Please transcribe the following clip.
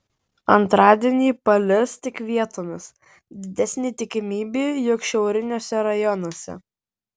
antradienį palis tik vietomis didesnė tikimybė jog šiauriniuose rajonuose